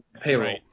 payroll